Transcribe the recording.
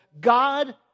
God